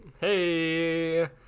Hey